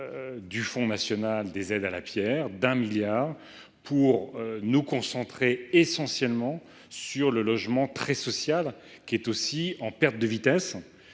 du Fonds national des aides à la pierre, pour nous concentrer essentiellement sur le logement très social, également en perte de vitesse,